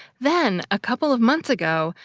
then, a couple of months ago,